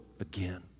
again